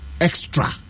extra